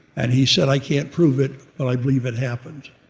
and he said i can't prove it, but i believe it happened.